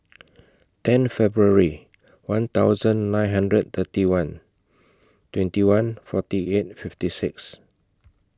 ten Feburary one thousand nine hundred and thirty one twenty one forty eight fifty six